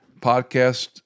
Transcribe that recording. podcast